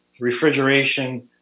refrigeration